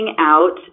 out